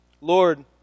Lord